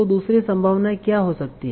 तो दूसरी संभावनाएं क्या हो सकती हैं